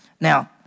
Now